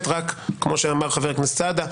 כמו שאמר חבר הכנסת סעדה,